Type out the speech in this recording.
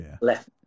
left